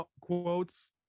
quotes